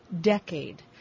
decade